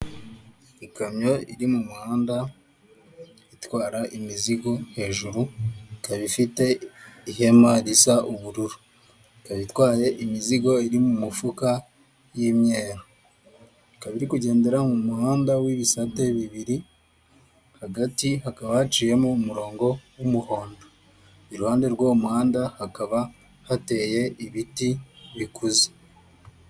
Ikamyo iri mu muhanda, itwara imizigo, hejuru ika ifite ihema risa ubururu, ikaba itwaye imizigo iri mu mifuka y'imyeru ikaba irikugendera mu muhanda w'ibisate bibiri hagati hakaba haciyemo umurongo w'umuhondo, i ruhande rw'uwo muhanda hakaba hateye ibiti bikuze.